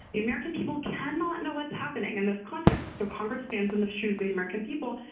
the american people cannot know what's happening in this context. so congress stands in the shoes the american people.